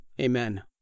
Amen